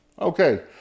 Okay